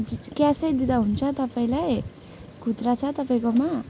क्यासै दिँदा हुन्छ तपाईँलाई खुद्रा छ तपाईँकोमा